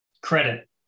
credit